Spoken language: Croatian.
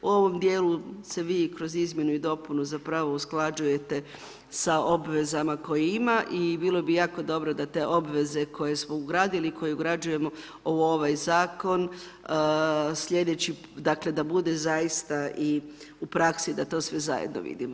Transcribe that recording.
U ovom djelu se vi kroz izmjenu i dopunu ustvari usklađujete sa obvezama koje ima i bilo bi jako dobro da te obveze koje smo ugradili, koje ugrađujemo u ovaj zakon slijedeći, dakle da bude zaista i u praksi da to sve zajedno vidimo.